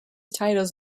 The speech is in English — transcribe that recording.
titles